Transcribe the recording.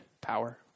power